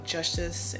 Justice